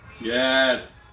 Yes